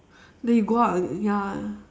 then you go out and ya